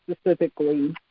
specifically